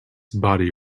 body